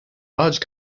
large